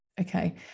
okay